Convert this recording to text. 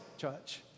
church